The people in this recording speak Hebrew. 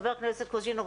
חבר הכנסת קוז'ינוב,